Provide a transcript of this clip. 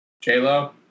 J-Lo